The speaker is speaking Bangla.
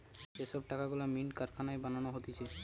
যে সব টাকা গুলা মিন্ট কারখানায় বানানো হতিছে